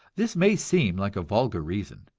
this may seem like a vulgar reason,